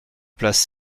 place